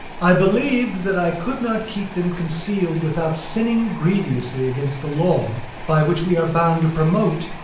i believed that i could not keep them concealed without sinning grievously against the law by which we are bound to promote,